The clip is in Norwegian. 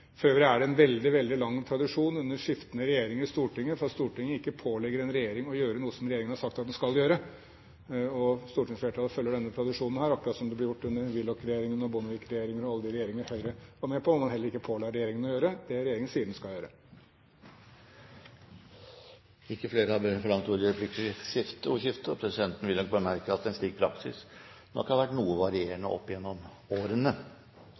en veldig, veldig lang tradisjon under skiftende regjeringer for at Stortinget ikke pålegger en regjering å gjøre noe som regjeringen har sagt at den skal gjøre. Og stortingsflertallet følger denne tradisjonen, akkurat som det ble gjort under Willoch-regjeringene og Bondevik-regjeringene og alle de regjeringer Høyre var med på, hvor man heller ikke påla regjeringen å gjøre det regjeringen sier den skal gjøre. Replikkordskiftet er omme. Presidenten vil bemerke at en slik praksis nok har vært noe varierende opp gjennom årene under skiftende regjeringer og